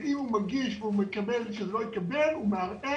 ואם הוא מגיש ומקבל או שלא מקבל, הוא מערער.